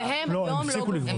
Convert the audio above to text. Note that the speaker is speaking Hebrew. היום הם כבר לא גובים את האגרה.